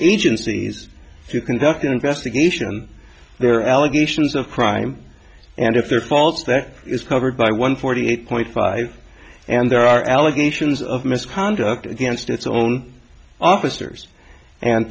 agencies to conduct an investigation there are allegations of crime and if there are faults that is covered by one forty eight point five and there are allegations of misconduct against its own officers and